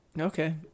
Okay